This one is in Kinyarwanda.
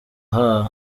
ahaa